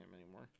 anymore